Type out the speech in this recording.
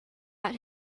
out